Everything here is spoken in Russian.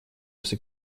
между